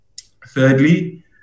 Thirdly